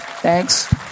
Thanks